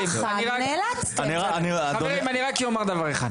חברים, אני רק אומר דבר אחד.